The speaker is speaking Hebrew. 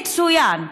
מצוין.